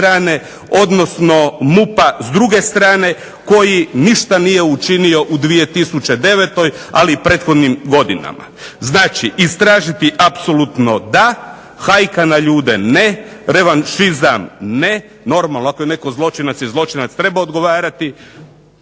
odnosno MUP-a s druge strane koji ništa nije učinio u 2009., ali i u prethodnim godinama. Znači istražiti apsolutno da, hajka na ljude ne, revanšizam ne, normalno ako je netko zločinac, je zločinac treba odgovarati,